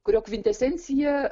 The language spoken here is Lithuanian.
kurio kvintesencija